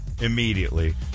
immediately